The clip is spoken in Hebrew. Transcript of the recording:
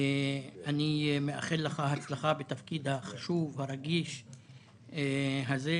אני מאחל לך הצלחה בתפקיד החשוב והרגיש הזה.